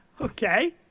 Okay